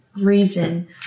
Reason